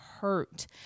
hurt